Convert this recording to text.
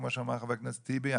כמו שאמר חבר הכנסת טיבי,